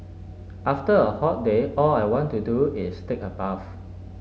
after a hot day all I want to do is take a bath